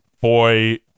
Boy